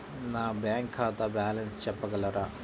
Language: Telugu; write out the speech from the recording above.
నా బ్యాంక్ ఖాతా బ్యాలెన్స్ చెప్పగలరా?